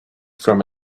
from